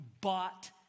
bought